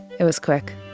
it was quick.